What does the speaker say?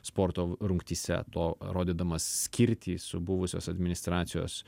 sporto rungtyse to rodydamas skirtį su buvusios administracijos